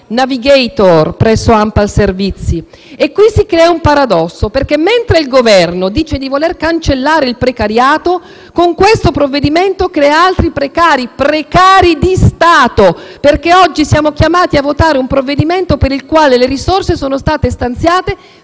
*navigator* presso ANPAL Servizi. E qui si crea un paradosso perché, mentre il Governo dice di voler cancellare il precariato, con questo provvedimento crea altri precari, precari di Stato. Oggi, infatti, siamo chiamati a votare un provvedimento per il quale le risorse sono state stanziate